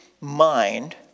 mind